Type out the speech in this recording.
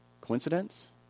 Coincidence